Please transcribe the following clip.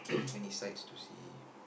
many sights to see